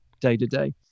day-to-day